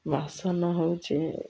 ବାସନ ହେଉଛି